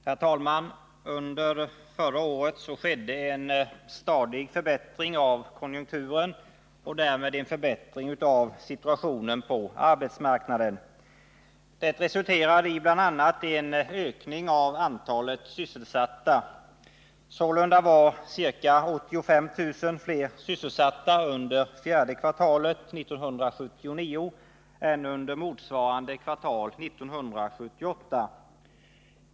Herr talman! Under förra året skedde en stadig förbättring av konjunkturen och därmed en förbättring av situationen på arbetsmarknaden. Det resulterade i bl.a. en ökning av antalet sysselsatta. Sålunda var ca 85 000 fler sysselsatta under fjärde kvartalet 1979 än under motsvarande kvartal 1978.